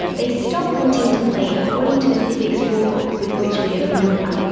they stop wanting to play according to the physics rule book with which we are familiar.